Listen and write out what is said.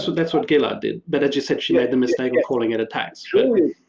so that's what gillard did. but as you said she had the mistake of calling it a tax.